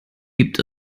gibt